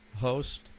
host